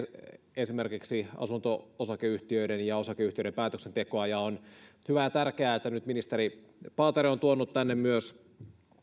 esimerkiksi asunto osakeyhtiöiden ja osakeyhtiöiden päätöksentekoa on hyvä ja tärkeää että nyt ministeri paatero on tuonut tänne myös